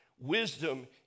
wisdom